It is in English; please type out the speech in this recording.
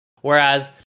Whereas